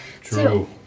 True